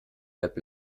web